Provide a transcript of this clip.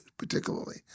particularly